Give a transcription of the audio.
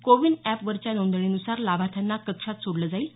कोवीन अॅपवरच्या नोंदणीनुसार लाभार्थ्यांना कक्षात सोडलं जाईल